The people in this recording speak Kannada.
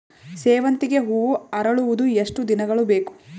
ಸೇವಂತಿಗೆ ಹೂವು ಅರಳುವುದು ಎಷ್ಟು ದಿನಗಳು ಬೇಕು?